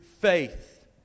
faith